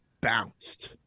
bounced